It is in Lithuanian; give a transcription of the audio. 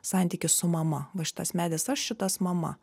santykis su mama va šitas medis aš šitas mama